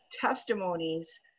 testimonies